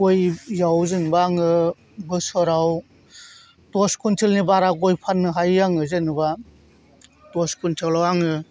गयाव जेनेबा आङो बोसोराव दस खुइन्थेलनि बारा गय फाननो हायो आङो जेनेबा दस खुइन्थेलाव आङो